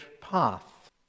path